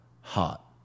hot